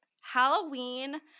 Halloween